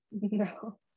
No